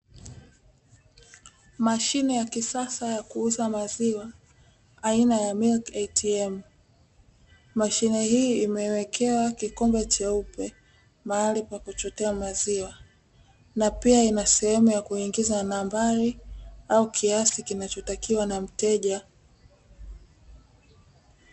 Mashine ya kisasa ya kuuza maziwa, aina ya Milk ATM. Mashine hii imewekewa kikombe cheupe mahali pa kuchotea maziwa na pia ina sehemu ya kuingiza nambari au kiasi kinachotakiwa na mteja.